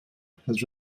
has